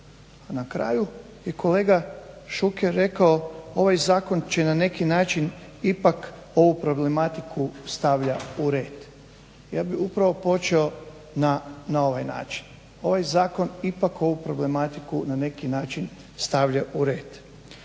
na kraju i kolega Šuker rekao, ovaj zakon će na neki način ipak ovu problematiku stavlja u red. Ja bih upravo počeo na ovaj način. Ovaj zakon ipak ovu problematiku na neki način stavlja u red.